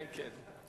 כן, כן.